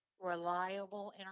reliable